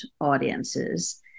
audiences